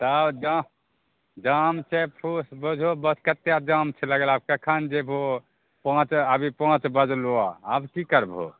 तब jam jam छै फूस बुझहो कतेक जाम छै लगल आब कखन जेभो पाँच अभी पाँच बजलो हऽ आब की करभो